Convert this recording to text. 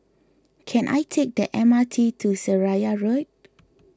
can I take the M R T to Seraya Road